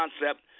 concept